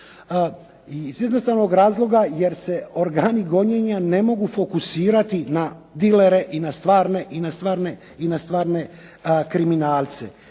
iz jednostavnog razloga jer se organi gonjenja ne mogu fokusirati na dilere i na stvarne kriminalce.